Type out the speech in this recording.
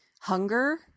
hunger